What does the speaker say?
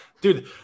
Dude